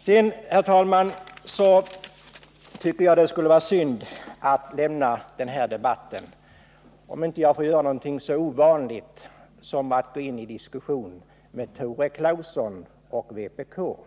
Sedan, herr talman, tycker jag det skulle vara synd att lämna den här debatten utan att göra någonting så ovanligt som att gå in i diskussion med Tore Claeson och vpk.